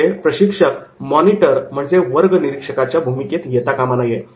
इथे प्रशिक्षक वर्गनिरीक्षच्या monitor मॉनिटर भूमिकेत येता कामा नये